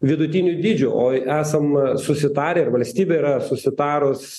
vidutiniu dydžiu o esam susitarę ir valstybė yra susitarus